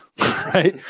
right